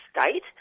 state